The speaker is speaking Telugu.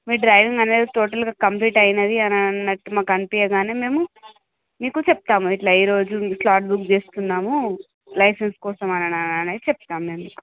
మీ డ్రైవింగ్ అనేది టోటల్గా కంప్లీట్ అయ్యింది అన్నట్టు మాకు అనిపించగానే మీము మీకు చెప్తాము ఇలా ఏ రోజు మీకు స్లాట్ బుక్ చేస్తున్నాము లైసెన్స్ కోసం అనేది చెప్తాము